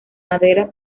madera